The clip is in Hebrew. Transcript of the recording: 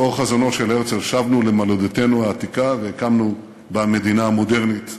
לאור חזונו של הרצל שבנו למולדתנו העתיקה והקמנו בה מדינה מודרנית.